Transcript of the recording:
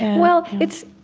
and well, it's